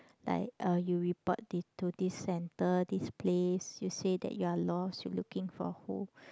like uh you report to to this center this place you say that you are lost you looking for who